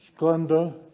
Glenda